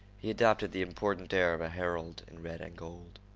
he adopted the important air of a herald in red and gold.